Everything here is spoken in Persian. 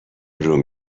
آروم